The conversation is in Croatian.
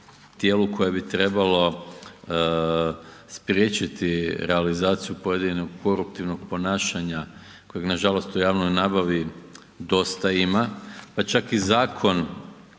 koje bi trebalo spriječiti pojedinog koruptivnog ponašanja koje nažalost u javnoj nabavi dosta ima, pa čak i zakon